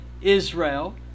Israel